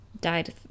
died